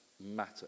Matter